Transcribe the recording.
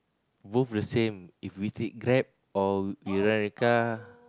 both the same if we take Grab or we rent a car